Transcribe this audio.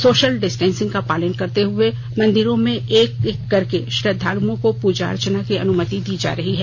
social distancing का पालन करते हुए मंदिरों में एक एक करके श्रद्दालुओं को पूजा अर्चना की अनुमति दी जा रही है